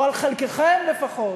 או על חלקכם לפחות,